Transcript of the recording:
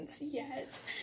yes